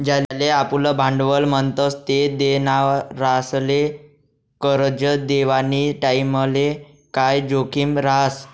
ज्याले आपुन भांडवल म्हणतस ते देनारासले करजं देवानी टाईमले काय जोखीम रहास